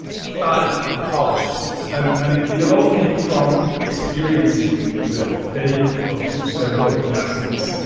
he thought of college students and and it all came from experiencing the fate of several classmates,